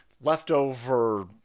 leftover